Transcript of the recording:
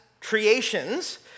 creations